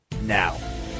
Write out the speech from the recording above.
now